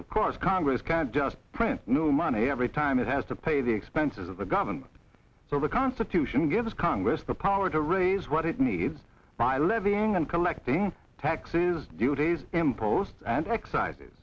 of course congress can't just print new money every time it has to pay the expenses of the government so the constitution gives congress the power to raise what it needs by levying and collecting taxes duties imposts and excis